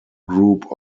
group